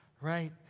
right